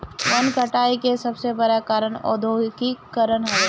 वन कटाई के सबसे बड़ कारण औद्योगीकरण हवे